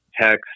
text